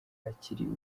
hakiri